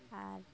আর